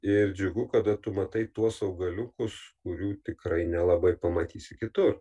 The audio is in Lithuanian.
ir džiugu kada tu matai tuos augaliukus kurių tikrai nelabai pamatysi kitur